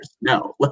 No